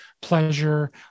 pleasure